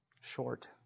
short